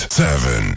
seven